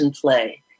play